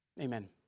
Amen